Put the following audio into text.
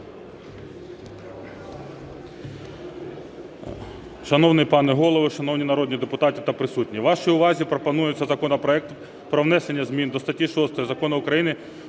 Шановний пане Голово, шановні народні депутати та присутні! Вашій увазі пропонується законопроект про внесення зміни до статті 6 Закону України